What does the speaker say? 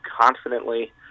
confidently